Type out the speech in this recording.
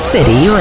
City